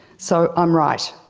so i'm right.